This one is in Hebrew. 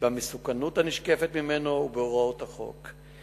במסוכנות הנשקפת ממנו ובהוראות החוק.